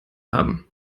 haben